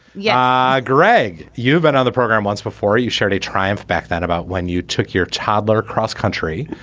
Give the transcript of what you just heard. yeah greg you've been on the program once before you shared a triumph back then about when you took your toddler cross-country.